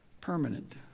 permanent